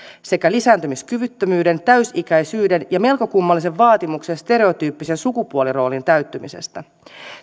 sekä lisääntymiskyvyttömyyden täysi ikäisyyden ja melko kummallisen vaatimuksen stereotyyppisen sukupuoliroolin täyttymisestä